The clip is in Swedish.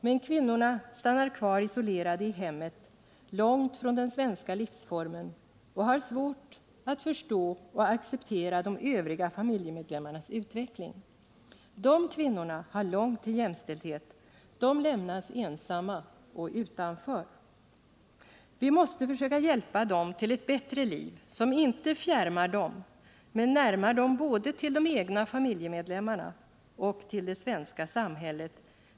Men kvinnorna stannar kvar isolerade i hemmet, långt från den svenska livsformen, och har svårt att förstå och acceptera de övriga familjemedlemmarnas utveckling. De kvinnorna har långt till jämställdhet. De lämnas ensamma och utanför. Vi måste försöka att hjälpa dem till ett bättre liv, som inte fjärmar dem men närmar dem både till de egna familjemedlemmarna och till det svenska samhället.